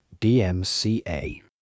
DMCA